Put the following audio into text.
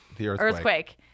earthquake